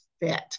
fit